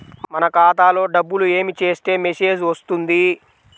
మన ఖాతాలో డబ్బులు ఏమి చేస్తే మెసేజ్ వస్తుంది?